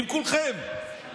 עם כולכם.